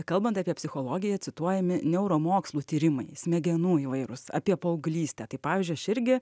kalbant apie psichologiją cituojami neuromokslų tyrimai smegenų įvairūs apie paauglystę tai pavyzdžiui aš irgi